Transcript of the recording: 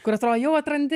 kur atrodo jau atrandi